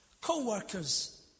Co-workers